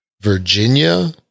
Virginia